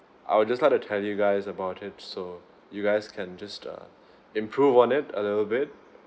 I would just like to tell you guys about it so you guys can just uh improve on it a little bit